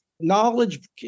Knowledge